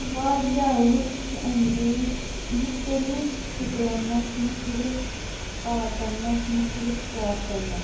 واریاہ لُکھ چھِ ایٚنٛگیج مُختلِف سِکلَن مَنٛز مُختلِف آٹَن مَنٛز مُختلِف کرافٹَن مَنٛز